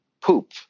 poop